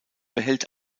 behält